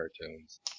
cartoons